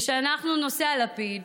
ושאנחנו נושאי הלפיד,